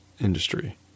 industry